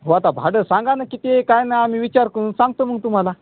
हो आता भाडं सांगा ना किती काय ना आम्ही विचार करून सांगतो मग तुम्हाला